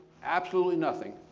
absolutely nothing,